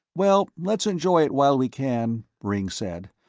well, let's enjoy it while we can, ringg said,